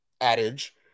adage